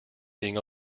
being